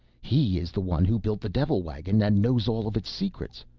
he is the one who built the devil-wagon and knows all of its secrets.